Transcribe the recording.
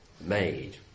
made